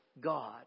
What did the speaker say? god